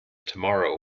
tomorrow